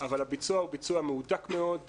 אבל הביצוע הוא ביצוע מהודק מאוד,